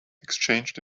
exchanged